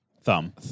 thumb